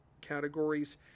categories